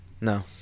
No